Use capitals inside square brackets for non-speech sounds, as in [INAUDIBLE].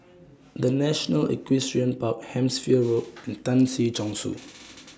The National Equestrian Park Hampshire Road and [NOISE] Tan Si Chong Su